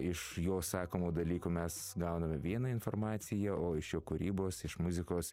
iš jo sakomų dalykų mes gauname vieną informaciją o iš jo kūrybos iš muzikos